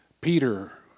Peter